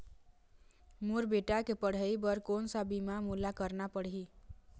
मोर बेटा के पढ़ई बर कोन सा बीमा मोला करना पढ़ही?